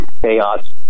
chaos